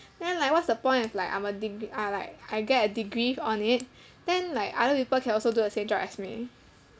then like what's the point is like I'm a deg~ uh like I get a degree on it then like other people can also do the same job as me